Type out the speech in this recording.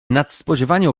nadspodziewanie